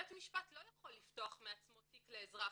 בית משפט לא יכול לפתוח מעצמו תיק לאזרח.